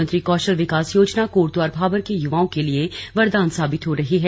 प्रधानमंत्री कौशल विकास योजना कोटद्वार भाबर के युवाओं के लिए वरदान साबित हो रही है